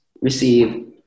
receive